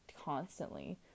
constantly